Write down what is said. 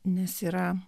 nes yra